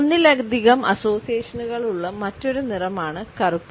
ഒന്നിലധികം അസോസിയേഷനുകളുള്ള മറ്റൊരു നിറമാണ് കറുപ്പ്